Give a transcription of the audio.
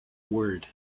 word